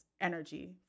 energy